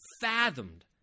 fathomed